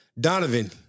Donovan